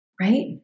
Right